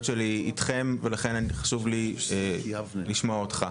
שלי אתכם ולכן חשוב לי לשמוע אותך.